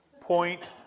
point